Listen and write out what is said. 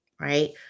right